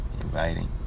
inviting